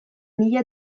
mila